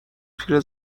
پیره